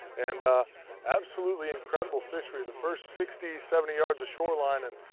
and ah absolutely incredible fishery. the first sixty, seventy yards of shoreline and,